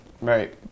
Right